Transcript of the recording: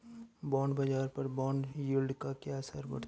Bond बाजार पर bond yield का क्या असर पड़ता है?